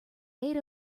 aid